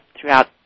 throughout